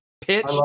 pitch